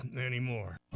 anymore